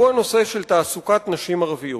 והוא הנושא של תעסוקת נשים ערביות.